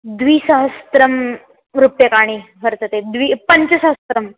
द्विसहस्रं रूप्यकाणि वर्तते द्वि पञ्चसहस्रम्